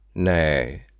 nay,